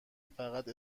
فقط